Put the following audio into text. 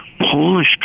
Polish